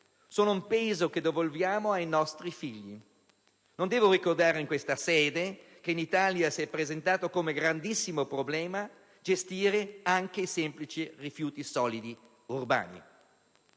saranno un peso che devolveremo ai nostri figli. Non devo ricordare in questa sede che in Italia si è presentato come grandissimo problema gestire anche i semplici rifiuti solidi urbani.